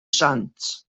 sant